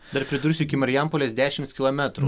dar pridursiu iki marijampolės dešims kilometrų